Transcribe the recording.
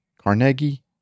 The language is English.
Carnegie